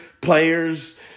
players